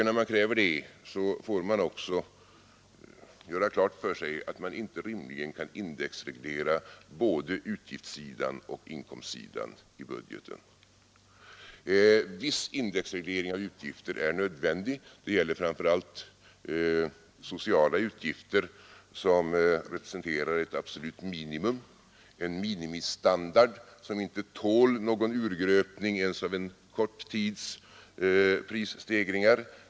När man kräver det får man också göra klart för sig att man inte rimligen kan indexreglera både utgiftssidan och inkomstsidan i budgeten. Viss indexreglering av utgifter är nödvändig. Det gäller framför allt sociala utgifter som representerar ett absolut minimum, en minimistandard som inte tål någon urgröpning ens av en kort tids prisstegringar.